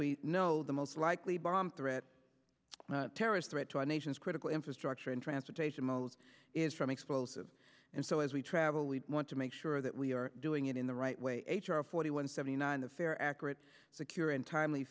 we know the most likely bomb threat the terrorist threat to our nation's critical infrastructure and transportation modes is from explosives and so as we travel we want to make sure that we are doing it in the right way h r forty one seventy nine the fair accurate secure and timely